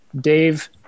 Dave